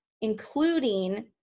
including